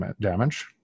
damage